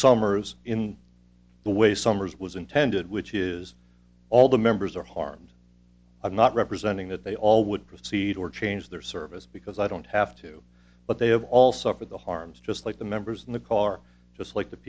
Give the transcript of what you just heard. summers in the way summers was intended which is all the members are harmed i'm not representing that they all would proceed or change their service because i don't have to but they have all suffered the harms just like the members in the car just like the